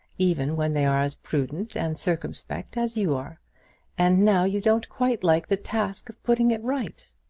even when they are as prudent and circumspect as you are and now you don't quite like the task of putting it right.